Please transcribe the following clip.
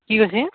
কি কইছি